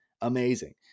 amazing